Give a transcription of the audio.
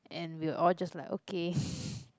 and we're all just like okay